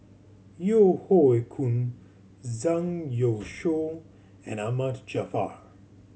Yeo Hoe Koon Zhang Youshuo and Ahmad Jaafar